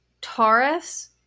Taurus